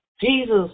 Jesus